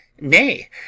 nay